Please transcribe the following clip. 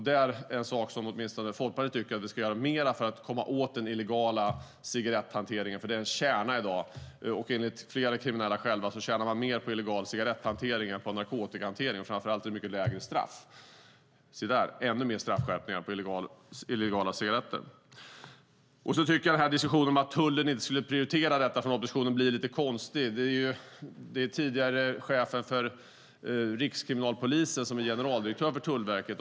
Det är en sak som åtminstone Folkpartiet tycker att vi kan göra mer av för att komma åt den illegala cigaretthanteringen, för den är i dag en kärna. Enligt de kriminella själva tjänar man mer på illegal cigaretthantering än på narkotikahantering, och framför allt är det mycket lägre straff. Se där - ännu mer straffskärpningar på illegala cigaretter! Jag tycker vidare att diskussionen från oppositionen om att tullen inte skulle prioritera detta blir lite konstig. Det är den tidigare chefen för Rikskriminalpolisen som är generaldirektör för Tullverket.